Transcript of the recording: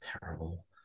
terrible